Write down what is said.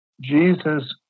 Jesus